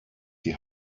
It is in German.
die